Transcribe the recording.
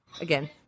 again